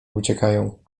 uciekają